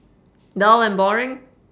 dull and boring